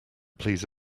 please